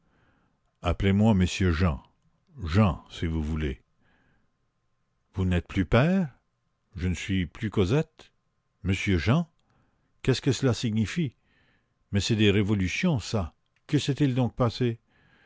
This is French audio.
appelez-moi monsieur jean jean si vous voulez vous n'êtes plus père je ne suis plus cosette monsieur jean qu'est-ce que cela signifie mais c'est des révolutions ça que s'est-il donc passé